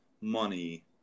money